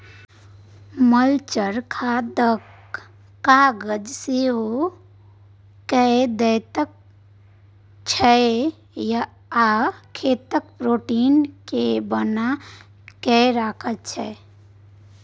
mulch खादक काज सेहो कए दैत छै आ खेतक पौष्टिक केँ बना कय राखय छै